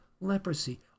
leprosy